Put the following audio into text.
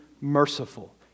merciful